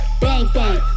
bang-bang